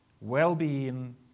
well-being